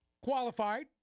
qualified